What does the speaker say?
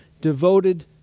devoted